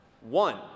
one